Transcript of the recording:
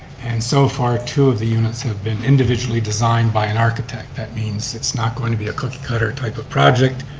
and so far two of the units have been individually designed by an architect. that means it's not going to be a cookie cutter type of project.